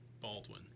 Baldwin